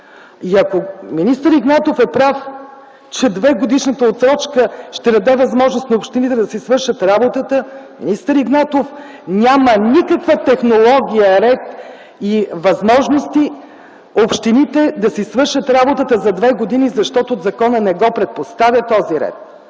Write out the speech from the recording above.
И ако министър Игнатов е прав, че 2-годишната отсрочка ще даде възможност на общините да си свършат работата, министър Игнатов, няма никаква технология, ред и възможности общините да си свършат работата за две години, защото законът не предпоставя този ред.